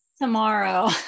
Tomorrow